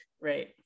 Right